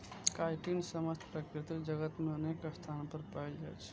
chitin समस्त प्रकृति जगत मे अनेक स्थान पर पाएल जाइ छै